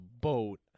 boat